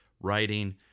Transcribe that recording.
writing